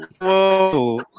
Whoa